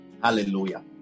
Hallelujah